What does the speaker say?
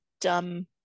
dumb